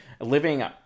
living